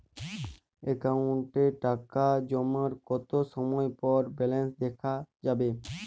অ্যাকাউন্টে টাকা জমার কতো সময় পর ব্যালেন্স দেখা যাবে?